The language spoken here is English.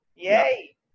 Yay